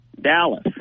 Dallas